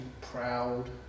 proud